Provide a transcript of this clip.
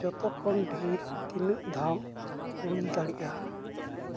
ᱡᱚᱛᱚᱠᱷᱚᱱ ᱰᱷᱮᱨ ᱛᱤᱱᱟᱹᱜ ᱫᱷᱟᱣ ᱠᱩᱞ ᱫᱟᱲᱮᱜᱼᱟ